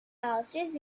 houses